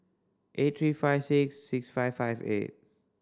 eight three five six six five five eight